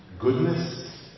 goodness